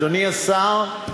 אדוני השר,